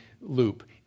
loop